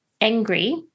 angry